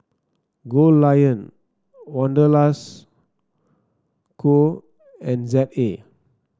Goldlion Wanderlust Co and Z A